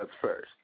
first